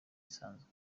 gisanzwe